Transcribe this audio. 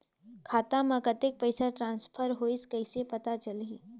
खाता म कतेक पइसा ट्रांसफर होईस कइसे पता चलही?